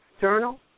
journal